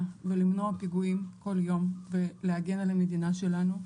ולמנוע פיגועים כל יום ולהגן על המדינה שלנו,